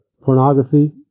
Pornography